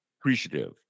appreciative